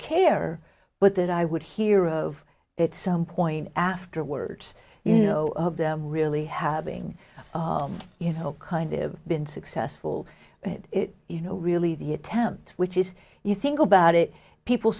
care but that i would hear of it some point afterwards you know of them really having you know kind of been successful at it you know really the attempt which is you think about it people